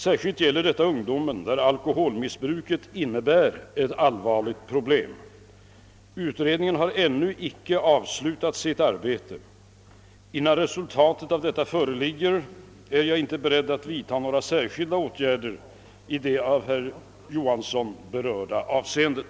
Särskilt gäller detta ungdomen, där alkoholmissbruket innebär ett allvarligt problem. Utredningen har ännu inte avslutat sitt arbete. Innan resultatet av detta föreligger, är jag inte beredd att vidta några särskilda åtgärder i det av herr Johansson berörda avseendet.